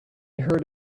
heard